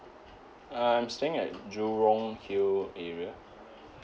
uh I'm staying at jurong hill area